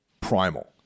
primal